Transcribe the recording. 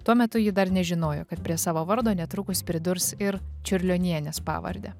tuo metu ji dar nežinojo kad prie savo vardo netrukus pridurs ir čiurlionienės pavardę